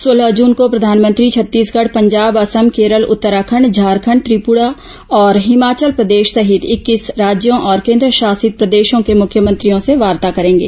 सोलह जून को प्रधानमंत्री छत्तीसगढ़ पंजाब असम केरल उत्तराखंड झारखंड त्रिपुरा और हिमाचल प्रदेश सहित इक्कीस राज्यों और केन्द्रशासित प्रदेशों के मुख्यमंत्रियों से वार्ता करेंगे